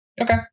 Okay